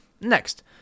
Next